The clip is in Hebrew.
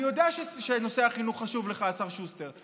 אני יודע שנושא החינוך חשוב לך, השר שוסטר.